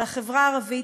על החברה הערבית,